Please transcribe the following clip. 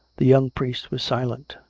the young priest was silent.